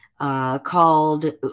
called